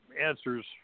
answers